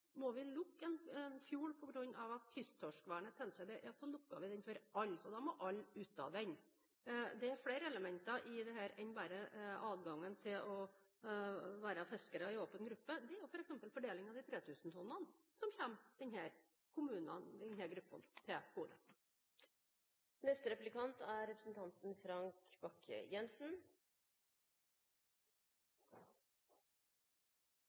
Må vi lukke en fjord på grunn av at kysttorskvernet tilsier det, ja, så lukker vi den for alle – da må alle ut av den. Det er flere elementer i dette enn bare adgangen til å være fiskere i åpen gruppe; det er f.eks. fordelingen av de 3 000 tonnene som